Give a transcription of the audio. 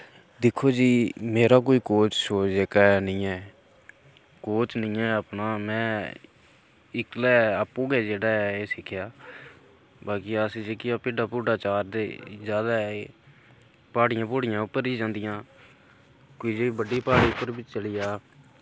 दिक्खो जी मेरा कोई कोच शोच जेह्का ऐ नेईं ऐ कोच नेईं ऐ अपना में कल्ले आपूं गै जेह्ड़ा एह् सिक्खेआ बाकी अस जेह्कियां भिड्डां भुड्डां चारदे हे जैदा एह् प्हाड़ियां पुह्ड़ियां उप्पर ई जंदियां की जे बड्डी प्हाड़ी उप्पर बी चली जा